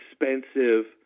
expensive